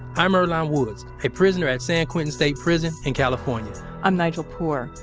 i'm earlonne woods, a prisoner at san quentin state prison in california i'm nigel poor,